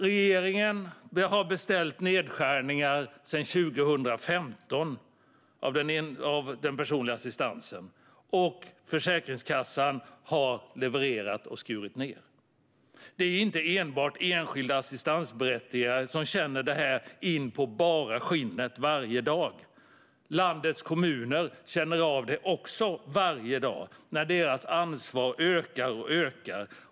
Regeringen har sedan 2015 beställt nedskärningar av den personliga assistansen, och Försäkringskassan har levererat och skurit ned. Det är inte enbart enskilda assistansberättigade som känner av detta in på bara skinnet varje dag. Landets kommuner känner också av det varje dag när deras ansvar ökar alltmer.